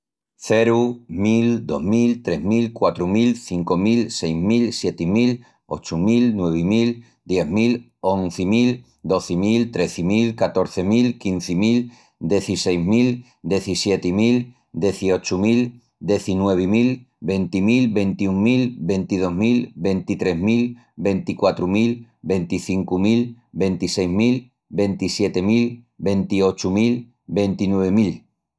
Ceru, mil, dos mil, tres mil, quatru mil, cincu mil, seis mil, sieti mil, ochu mil, nuevi mil, dies mil, onzi mil, dozi mil, trezi mil, catorzi mil, quinzi mil, dezisseis mil, dezissieti mil, deziochu mil, dezinuevi mil, venti mil, ventiún mil, ventidós mil, ventitrés mil, ventiquatru mil, venticincu mil, ventiseis mil, ventisieti mil, ventiochu mil, ventinuevi mil...